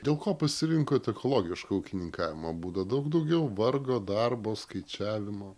dėl ko pasirinkot ekologiško ūkininkavimo būdą daug daugiau vargo darbo skaičiavimo